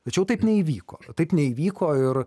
tačiau taip neįvyko taip neįvyko ir